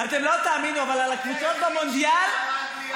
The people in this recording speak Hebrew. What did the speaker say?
אבל על הקבוצות במונדיאל,